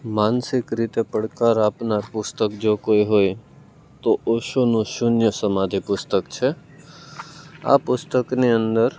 માનસિક રીતે પડકાર આપનાર પુસ્તક જો કોઈ હોય તો ઓશોનું શૂન્ય સમાધિ પુસ્તક છે આ પુસ્તકની અંદર